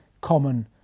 common